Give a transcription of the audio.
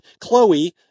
Chloe